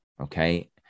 okay